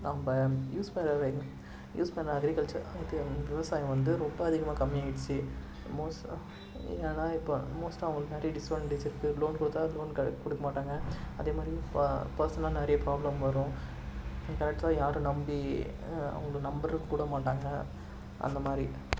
நம்ம யூஸ் பண்ற யூஸ் பண்ணுற அக்ரிகல்ச்சர் அது விவசாயம் வந்து ரொம்ப அதிகமாக கம்மி ஆகிடுச்சி ஏன்னா இப்போ மோஸ்ட்டாக அவங்களுக்கு நிறைய டிஸ்வாண்டேஜ் இருக்குது லோன் கொடுத்தா லோன் க கொடுக்கமாட்டாங்க அதேமாதிரி ப பெர்ஸ்னலாக நிறைய ப்ராப்ளம் வரும் யாரை நம்பி அவங்களை நம்புறதுக்கூட மாட்டாங்க அந்தமாதிரி